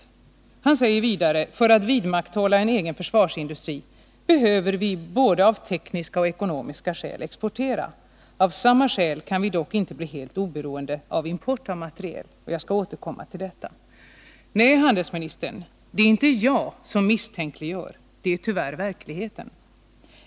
Vidare säger han: ”För att vidmakthålla en egen försvarsindustri behöver vi av både tekniska och ekonomiska skäl exportera. Av samma skäl kan vi dock inte bli helt oberoende av import av materiel.” Jag skall återkomma till detta. Nej, handelsministern, det är inte jag som misstänkliggör, det är tyvärr verkligheten.